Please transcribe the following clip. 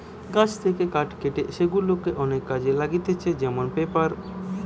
গাছ থেকে কাঠ কেটে সেগুলা অনেক কাজে লাগতিছে যেমন পেপার